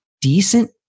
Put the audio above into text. Decent